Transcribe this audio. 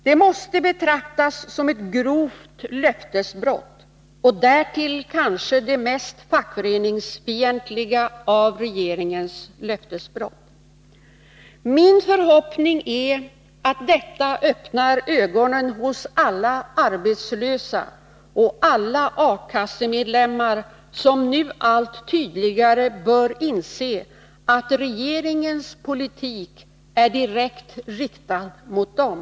Det måste betraktas som ett grovt löftesbrott, därtill kanske som det mest fackföreningsfientliga av regeringens löftesbrott. Min förhoppning är att detta öppnar ögonen hos alla arbetslösa och alla A-kassemedlemmar, som nu allt tydligare bör inse att regeringens politik är direkt riktad mot dem.